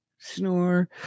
snore